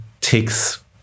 takes